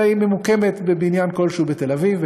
אלא היא ממוקמת בבניין כלשהו בתל אביב,